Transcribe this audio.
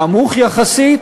נמוך יחסית,